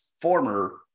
former